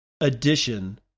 addition